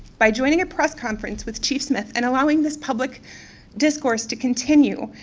by joining a press conference with chief smith and allowing this public discourse to continue,